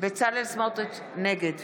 נגד